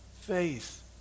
faith